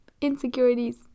insecurities